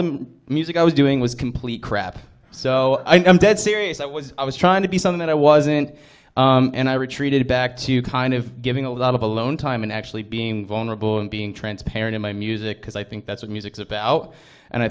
the music i was doing was complete crap so i'm dead serious that was i was trying to be something that i wasn't and i retreated back to kind of giving a lot of alone time and actually being vulnerable and being transparent in my music because i think that's what music is about and i